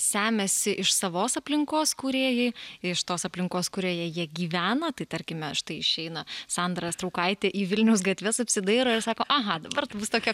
semiasi iš savos aplinkos kūrėjai iš tos aplinkos kurioje jie gyvena tai tarkime štai išeina sandra straukaitė į vilniaus gatves apsidairo ir sako aha dabar bus tokia